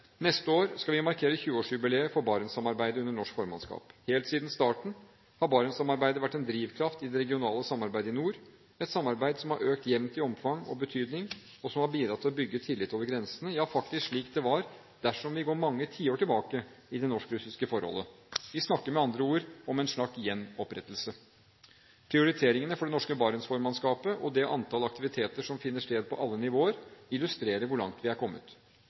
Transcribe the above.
Neste år skal vi markere 20-årsjubileet for Barentssamarbeidet under norsk formannskap. Helt siden starten har Barentssamarbeidet vært en drivkraft i det regionale samarbeidet i nord, et samarbeid som har økt jevnt i omfang og betydning, og som har bidratt til å bygge tillit over grensene – ja faktisk slik det var dersom vi går mange tiår tilbake i det norsk-russiske forholdet. Vi snakker med andre ord om en slags gjenopprettelse. Prioriteringene for det norske Barents-formannskapet og det antall aktiviteter som finner sted på alle nivåer, illustrerer hvor langt vi er kommet.